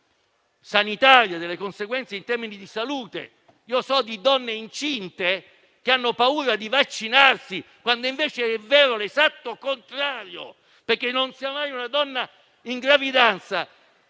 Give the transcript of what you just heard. di poter avere delle conseguenze in termini di salute. So di donne incinte che hanno paura di vaccinarsi quando invece è vero l'esatto contrario. Non sia mai infatti che una donna in gravidanza